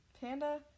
Panda